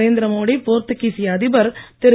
நரேந்திர மோடி போர்த்துகீசிய அதிபர் திரு